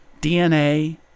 DNA